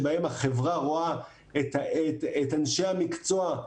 הציבורי, של עוד הרבה הרבה אלמנטים אחרים.